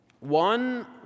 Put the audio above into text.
One